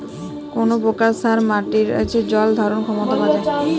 কোন প্রকার সার মাটির জল ধারণ ক্ষমতা বাড়ায়?